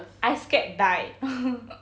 I scared die